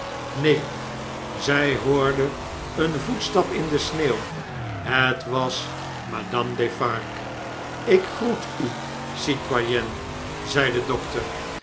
neen zij hoorde een voetstap in de sneeuw het was madame defarge ik groet u citoyenne zei de dokter